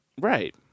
Right